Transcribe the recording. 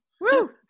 Woo